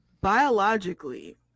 biologically